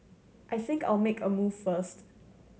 I think I'll make a move first